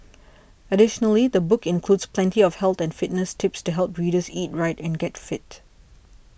additionally the book includes plenty of health and fitness tips to help readers eat right and get fit